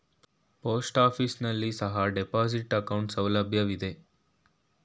post office ನಲ್ಲಿ ಸಹ deposit account ಸೌಲಭ್ಯವಿದೆ